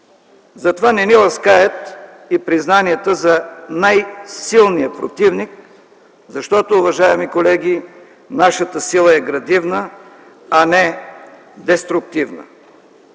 Затова не ни ласкаят и признанията за най-силния противник, защото, уважаеми колеги, нашата сила е градивна, а не деструктивна.